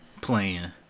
playing